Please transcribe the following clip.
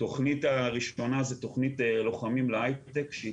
תכנית ראשונה זו תכנית 'לוחמים להייטק' שזו